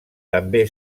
també